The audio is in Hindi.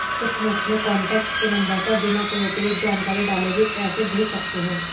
तुम अपने कॉन्टैक्ट के नंबर पर बिना कोई अतिरिक्त जानकारी डाले भी पैसे भेज सकते हो